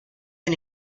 and